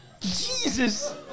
Jesus